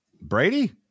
Brady